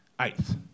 eighth